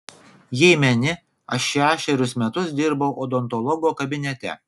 jei meni aš šešerius metus dirbau odontologo kabinete